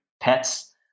pets